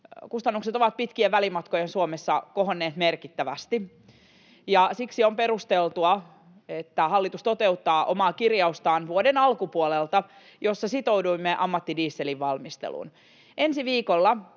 Kustannukset ovat pitkien välimatkojen Suomessa kohonneet merkittävästi, ja siksi on perusteltua, että hallitus toteuttaa omaa kirjaustaan vuoden alkupuolelta, jossa sitouduimme ammattidieselin valmisteluun. Ensi viikolla,